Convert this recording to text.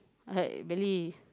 uh belly